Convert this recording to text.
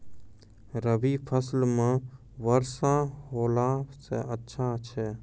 रवी फसल म वर्षा होला से अच्छा छै?